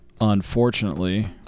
unfortunately